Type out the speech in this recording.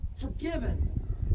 forgiven